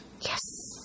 Yes